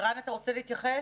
ערן, אתה רוצה להתייחס?